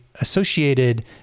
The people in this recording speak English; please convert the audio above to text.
associated